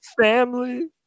family